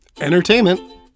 entertainment